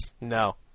No